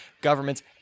governments